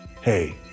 Hey